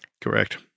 Correct